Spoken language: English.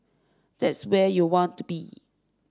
that's where you'll want to be